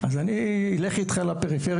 אז אני אלך איתך לפריפריות,